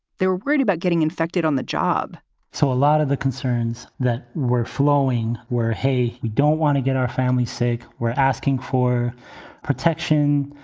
they were worried about getting infected on the job so a lot of the concerns that were flowing were, hey, we don't want to get our family's sake. we're asking for protection.